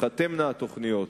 תיחתמנה התוכניות.